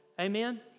Amen